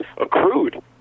accrued